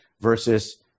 versus